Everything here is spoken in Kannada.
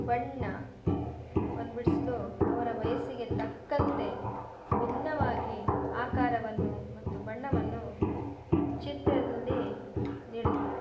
ಬಣ್ಣ ವನ್ನು ಬಿಡ್ಸಲು ಅವರ ವಯಸ್ಸಿಗೆ ತಕ್ಕಂತೆ ಭಿನ್ನವಾಗಿ ಆಕಾರವನ್ನು ಮತ್ತು ಬಣ್ಣವನ್ನು ಚಿತ್ರದಲ್ಲಿ ನೀಡುತ್ತಾರೆ